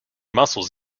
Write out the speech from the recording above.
muscles